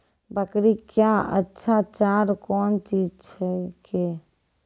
बकरी क्या अच्छा चार कौन चीज छै के?